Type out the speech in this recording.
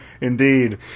Indeed